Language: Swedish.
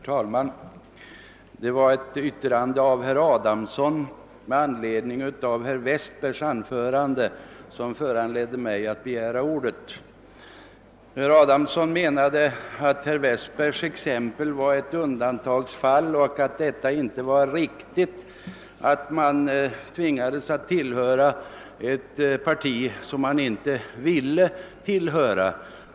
Herr talman! Det var ett yttrande av herr Adamsson med anledning av herr Westbergs i Ljusdal anförande som föranledde mig att begära ordet. Herr Adamsson menade att herr Westbergs exempel var ett undantagsfall och att det inte är riktigt att man tvingas tillhöra ett parti som man inte vill tillhöra.